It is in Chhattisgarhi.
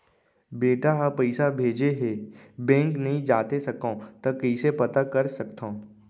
बेटा ह पइसा भेजे हे बैंक नई जाथे सकंव त कइसे पता कर सकथव?